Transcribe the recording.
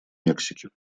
мексики